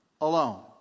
alone